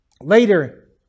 Later